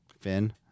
Finn